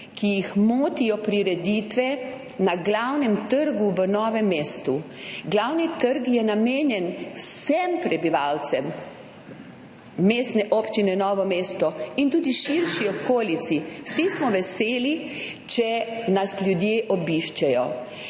ki jih motijo prireditve na Glavnem trgu v Novem mestu. Glavni trg je namenjen vsem prebivalcem mestne občine Novo mesto in tudi širši okolici. Vsi smo veseli, če nas ljudje obiščejo.